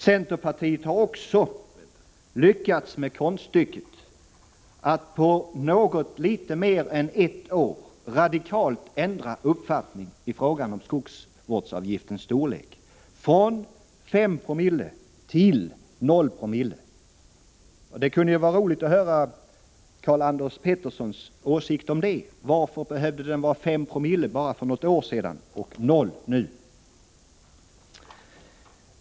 Centerpartiet har lyckats med konststycket att på något mer än ett år radikalt ändra uppfattning beträffande skogsvårdsavgiftens storlek — från 5 co till 0 Zo. Det vore roligt att höra Karl-Anders Peterssons åsikt om detta. Varför behövde avgiften vara 5 Jo bara för något år sedan mot 0 Ko nu?